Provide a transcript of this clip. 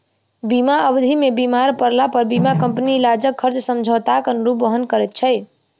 बीमा अवधि मे बीमार पड़लापर बीमा कम्पनी इलाजक खर्च समझौताक अनुरूप वहन करैत छै